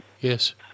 yes